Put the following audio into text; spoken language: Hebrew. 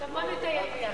בוא נטייל ביחד.